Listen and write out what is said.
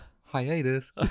hiatus